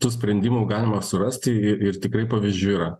tų sprendimų galima surasti i ir tikrai pavyzdžių yra